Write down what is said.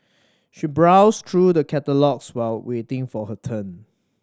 she browsed through the catalogues while waiting for her turn